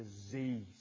disease